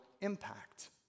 impact